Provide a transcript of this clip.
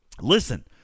Listen